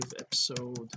episode